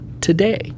today